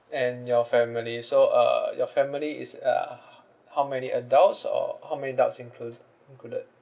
and your family so uh your family is uh ho~ how many adults or how many adults includ~ included